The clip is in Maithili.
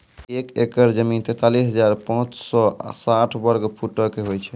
एक एकड़ जमीन, तैंतालीस हजार पांच सौ साठ वर्ग फुटो के होय छै